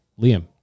Liam